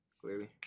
clearly